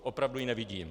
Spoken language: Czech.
Opravdu ji nevidím.